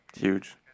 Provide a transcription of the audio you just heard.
Huge